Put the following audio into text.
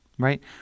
Right